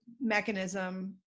mechanism